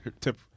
tip